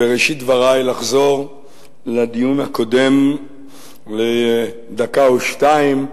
בראשית דברי, לחזור לדיון הקודם לדקה או שתיים.